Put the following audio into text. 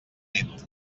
nit